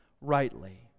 rightly